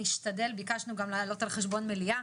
נשתדל כי ביקשנו גם לעלות על חשבון מליאה.